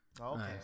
okay